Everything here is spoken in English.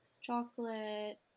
chocolate